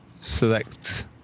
select